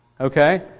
Okay